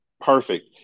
perfect